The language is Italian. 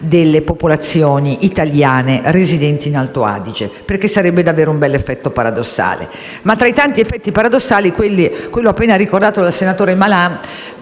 delle popolazioni italiane residenti in Alto Adige, perché sarebbe davvero un bel effetto paradossale. E, tra le tante situazioni paradossali, quella appena ricordata dal senatore Malan